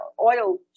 oil